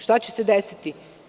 Šta će se desiti?